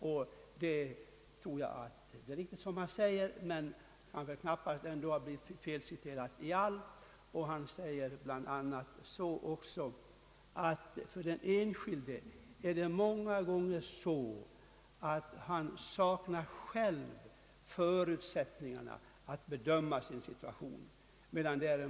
Jag tror att det är riktigt som han säger, men han kan väl knappast ändå ha blivit felciterad i allt. Statsrådet Geijer yttrar bl.a. att den enskilde många gånger saknar förutsättningar att bedöma sin situation.